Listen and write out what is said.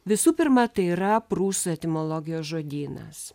visų pirma tai yra prūsų etimologijos žodynas